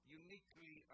uniquely